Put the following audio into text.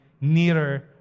nearer